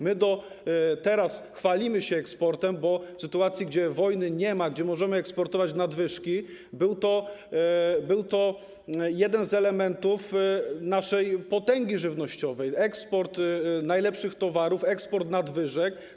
My teraz chwaliliśmy się eksportem, bo w sytuacji, gdy wojny nie ma, gdy możemy eksportować nadwyżki, był to jeden z elementów naszej potęgi żywnościowej - eksport najlepszych towarów, eksport nadwyżek.